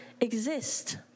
exist